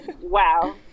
wow